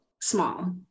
small